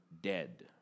dead